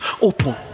open